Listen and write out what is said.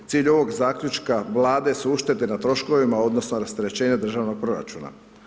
Cilj ovog zaključka Vlade su uštede na troškovima odnosno rasterećenja državnog proračuna.